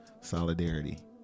solidarity